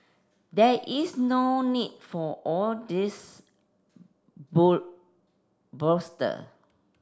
there is no need for all this